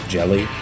Jelly